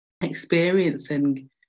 experiencing